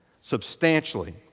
Substantially